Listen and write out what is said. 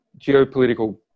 geopolitical